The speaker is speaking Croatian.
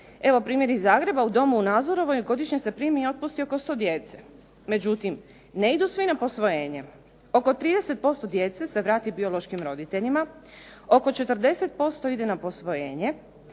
evo primjer iz Zagreba. U Domu u Nazorovoj godišnje se primi i otpusti oko 100 djece, međutim ne idu svi na posvajanje. Oko 30% djece se vrati biološkim roditelja, oko 40% ide na posvojenje.